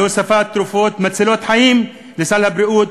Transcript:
להוספת תרופות מצילות חיים לסל הבריאות,